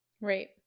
Right